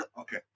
Okay